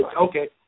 Okay